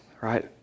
right